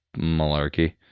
malarkey